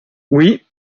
oui